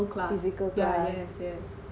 physical class